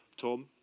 Tom